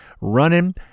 running